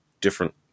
different